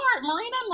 marina